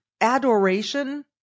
adoration